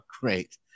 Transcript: great